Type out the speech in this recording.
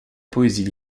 poésie